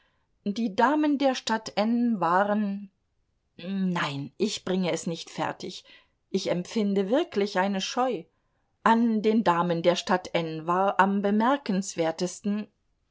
die damen der stadt n waren nein ich bringe es nicht fertig ich empfinde wirklich eine scheu an den damen der stadt n war am bemerkenswertesten